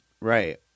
Right